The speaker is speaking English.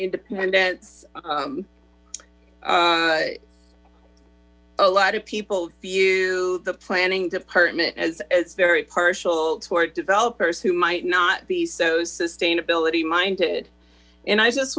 independence a lot of people view the planning department as as very partial toward developers who might not be so sustainability minded and i just